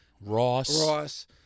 Ross